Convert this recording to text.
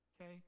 Okay